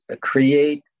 create